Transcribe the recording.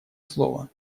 слова